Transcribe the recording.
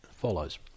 follows